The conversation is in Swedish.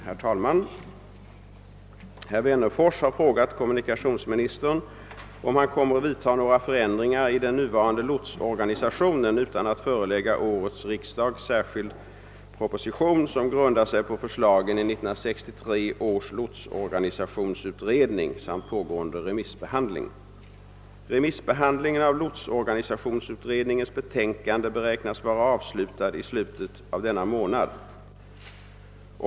Herr talman! Herr Wennerfors har frågat kommunikationsministern om han kommer att vidta några förändringar i den nuvarande lotsorganisationen utan att förelägga årets riksdag särskild proposition, som grundar sig på förslagen i 1963 års lotsorganisationsutredning samt pågående remissbehandling. Remissbehandlingen av lotsorganisationsutredningens betänkande beräknas vara avslutad i slutet av denna månad.